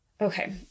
Okay